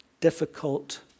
difficult